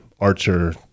Archer